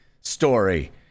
story